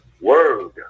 word